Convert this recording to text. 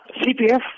CPF